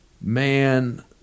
man